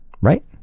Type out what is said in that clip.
right